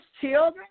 children